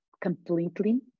completely